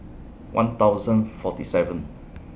one thousand forty seven